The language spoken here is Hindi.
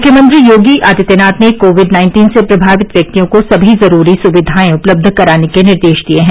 मुख्यमंत्री योगी आदित्यनाथ ने कोविड नाइन्टीन से प्रभावित व्यक्तियों को सभी जरूरी सुविधाएं उपलब्ध कराने के निर्देश दिए हैं